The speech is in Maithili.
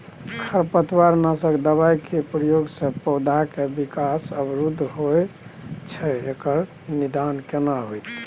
खरपतवार नासक दबाय के प्रयोग स पौधा के विकास अवरुध होय छैय एकर निदान केना होतय?